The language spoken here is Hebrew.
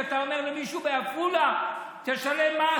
שאתה אומר למישהו בעפולה: תשלם מס